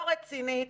לא רצינית,